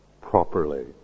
properly